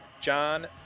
John